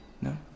No